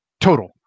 total